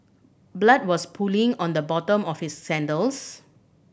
blood was pooling on the bottom of his sandals